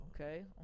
okay